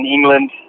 England